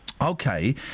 Okay